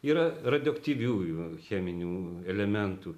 yra radioaktyviųjų cheminių elementų